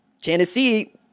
Tennessee